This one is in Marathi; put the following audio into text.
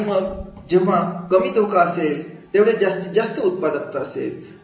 आणि मग जेवण कमी धोका असेल तेवढे जास्तीत जास्त उत्पादकता असेल